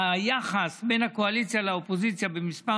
היחס בין הקואליציה לאופוזיציה במספר